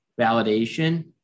validation